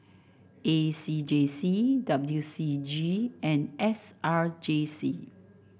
A C J C W C G and S R J C